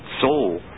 soul